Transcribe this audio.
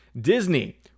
Disney